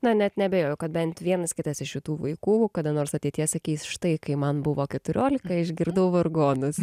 na net neabejoju kad bent vienas kitas iš šitų vaikų kada nors ateityje sakys štai kai man buvo keturiolika išgirdau vargonus